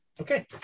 Okay